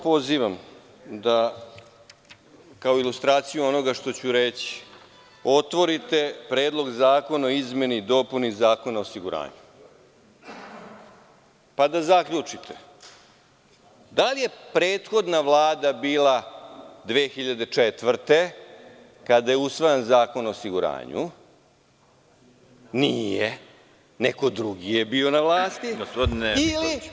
Pozivam vas da kao ilustraciju onoga što ću reći otvorite Predlog zakona o izmeni i dopuni Zakona o osiguranju pa da zaključite da li je prethodna Vlada bila 2004. godine, kada je usvojen Zakon o osiguranju, nije, neko drugi je bio na vlasti, ili…